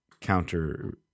counter